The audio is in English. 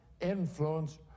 influence